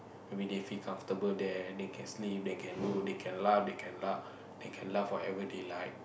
everyday feel comfortable there they can sleep they can do they can laugh they can laugh forever they like